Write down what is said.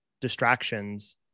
distractions